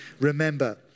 remember